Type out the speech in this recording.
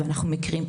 ואנחנו מכירים,